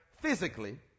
physically